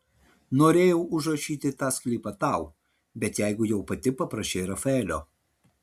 norėjau užrašyti tą sklypą tau bet jeigu jau pati paprašei rafaelio